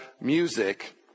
music